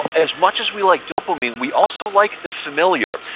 as much as we like dopamine, we also like the familiar.